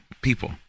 people